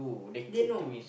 they know